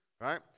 right